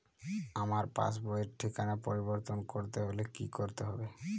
আমার পাসবই র ঠিকানা পরিবর্তন করতে হলে কী করতে হবে?